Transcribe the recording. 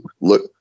Look